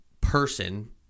person